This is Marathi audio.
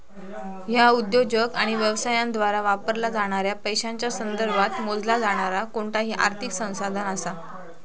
ह्या उद्योजक आणि व्यवसायांद्वारा वापरला जाणाऱ्या पैशांच्या संदर्भात मोजला जाणारा कोणताही आर्थिक संसाधन असा